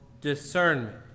discernment